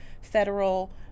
federal